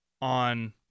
on